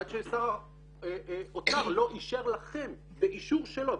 עד ששר האוצר לא אישר לכם באישור שלו,